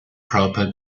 proper